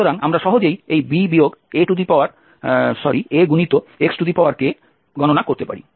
সুতরাং আমরা সহজেই এই b Axk গণনা করতে পারি